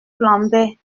flambait